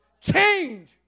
Change